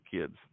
kids